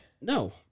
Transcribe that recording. No